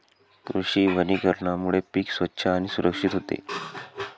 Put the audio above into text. कृषी वनीकरणामुळे पीक स्वच्छ आणि सुरक्षित होते